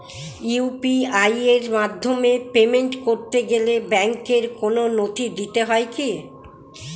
UPI এর মাধ্যমে payment করতে গেলে ব্যাংকের কোন নথি দিতে হয় কি?